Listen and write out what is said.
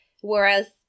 Whereas